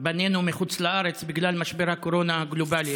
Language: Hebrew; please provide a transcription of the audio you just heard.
בנינו מחוץ לארץ בגלל משבר הקורונה הגלובלי,